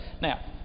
Now